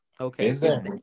Okay